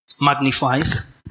magnifies